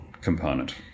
component